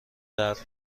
درد